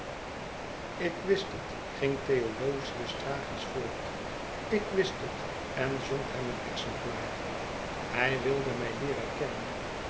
ik wist het ging theodosius tragisch voort ik wist het en zond hem een exemplaar hij wilde mij leeren kennen